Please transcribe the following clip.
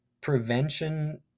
prevention